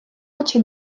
очі